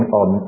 on